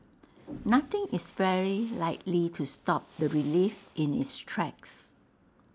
nothing is very likely to stop the relief in its tracks